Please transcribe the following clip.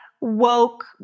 woke